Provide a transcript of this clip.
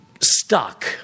stuck